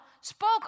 spoke